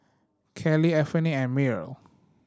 Kallie Anfernee and Myrl